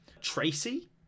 Tracy